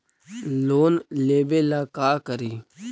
Loan लेबे ला का करि?